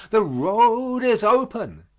the road is open,